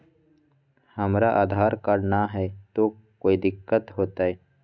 हमरा आधार कार्ड न हय, तो कोइ दिकतो हो तय?